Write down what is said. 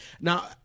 Now